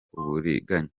uburiganya